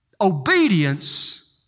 Obedience